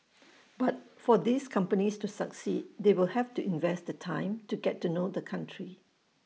but for these companies to succeed they will have to invest the time to get to know the country